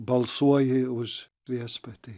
balsuoji už viešpatį